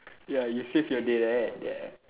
ya he saved your day right yeah